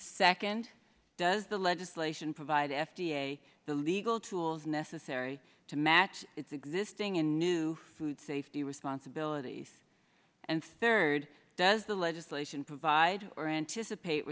second does the legislation provide f d a the legal tools necessary to match its existing and new food safety responsibilities and third does the legislation provide or anticipate